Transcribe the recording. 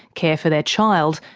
care for their child,